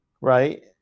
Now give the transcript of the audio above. right